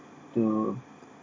to